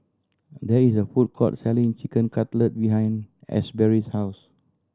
there is a food court selling Chicken Cutlet behind Asberry's house